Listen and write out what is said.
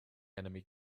enemy